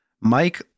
mike